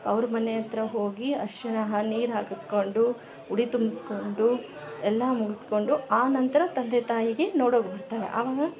ಅವರು ಮನೆ ಹತ್ರ ಹೋಗಿ ಅರಿಶಿನ ನೀರು ಹಾಕಸ್ಕೊಂಡು ಮುಡಿ ತುಂಬ್ಸ್ಕೊಂಡು ಎಲ್ಲ ಮುಗ್ಸ್ಕೊಂಡು ಆ ನಂತರ ತಂದೆ ತಾಯಿಗೆ ನೋಡೋಕ ಬಿಡ್ತಾಳೆ ಅವಾಗ